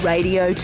Radio